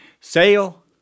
Sail